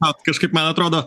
vat kažkaip man atrodo